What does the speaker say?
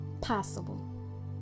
possible